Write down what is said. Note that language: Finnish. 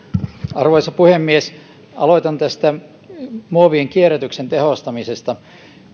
arvoisa puhemies aloitan tästä muovien kierrätyksen tehostamisesta